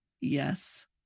Yes